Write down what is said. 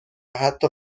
حتی